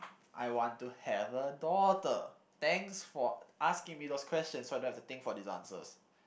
I want to have a daughter thanks for asking me those questions so that I don't have to think for these answers